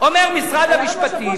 אומר משרד המשפטים: